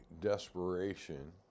desperation